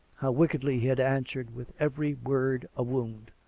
wickedly he had answered, with every word a wound!